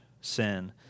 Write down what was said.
sin